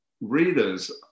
readers